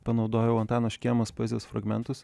panaudojau antano škėmos poezijos fragmentus